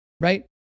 right